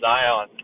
Zion